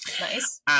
Nice